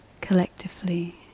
collectively